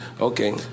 Okay